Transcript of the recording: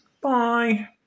Bye